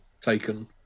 taken